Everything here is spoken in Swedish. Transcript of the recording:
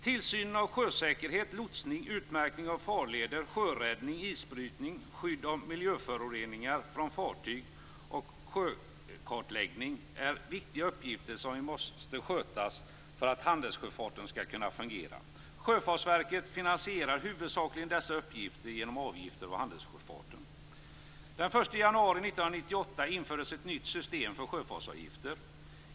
Tillsynen av sjösäkerhet, lotsning, utmärkning av farleder, sjöräddning, isbrytning, skydd av miljöföroreningar från fartyg och sjökartläggning är viktiga uppgifter som måste skötas för att handelssjöfarten skall kunna fungera. Sjöfartsverket finansierar huvudsakligen dessa uppgifter genom avgifter på handelssjöfarten. Den 1 januari 1998 infördes ett nytt system för sjöfartsavgifter.